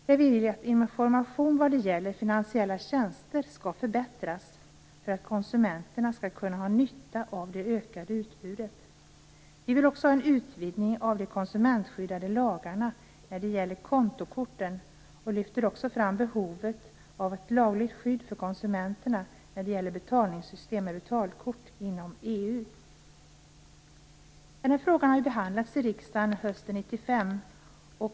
Vi vill att informationen om finansiella tjänster skall förbättras för att konsumenterna skall kunna ha nytta av det ökade utbudet. Vi vill också ha en utvidgning av de konsumentskyddande lagarna när det gäller kontokort, och vi lyfter även fram behovet av ett lagligt skydd för konsumenterna när det gäller betalningssystem med betalkort inom EU. Frågan behandlades i riksdagen hösten 1995.